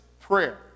prayer